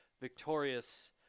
victorious